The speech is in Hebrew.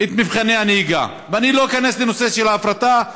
את מבחני הנהיגה, ואני לא איכנס לנושא של ההפרטה.